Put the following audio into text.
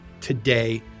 today